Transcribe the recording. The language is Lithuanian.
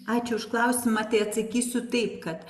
ačiū už klausimą tai atsakysiu taip kad